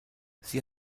sie